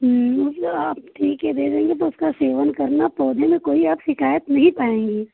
उस आप ठीक है दे देंगे तो उसका सेवन करना पौधे में कोई आप शिकायत नहीं पाऍंगी